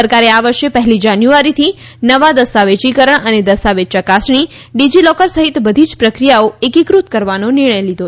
સરકારે આ વર્ષે પહેલી જાન્યુઆરીથી નવા દસ્તાવેજીકરણ અને દસ્તાવેજ ચકાસણી ડિજી લોકર સહિત બધી જ પ્રક્રિયાઓ એકીકૃત કરવાનો નિર્ણય લીધો છે